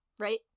right